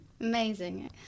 Amazing